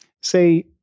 say